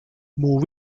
more